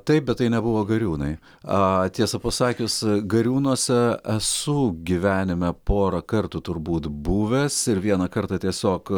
taip bet tai nebuvo gariūnai aa tiesą pasakius gariūnuose esu gyvenime porą kartų turbūt buvęs ir vieną kartą tiesiog